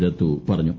ദത്തു പറഞ്ഞു